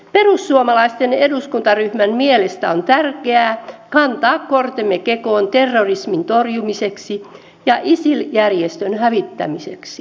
perussuomalaisten eduskuntaryhmän mielestä on tärkeää kantaa kortemme kekoon terrorismin torjumiseksi ja isil järjestön hävittämiseksi